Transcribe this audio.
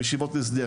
ישיבות ההסדר,